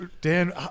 Dan